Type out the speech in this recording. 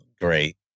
great